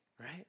right